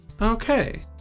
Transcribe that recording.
Okay